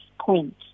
point